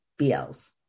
BLs